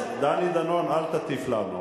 אז דני דנון, אל תטיף לנו.